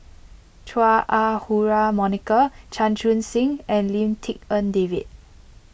Chua Ah Huwa Monica Chan Chun Sing and Lim Tik En David